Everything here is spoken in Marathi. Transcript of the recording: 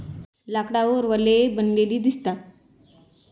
लाकडावर वलये बनलेली दिसतात